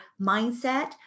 mindset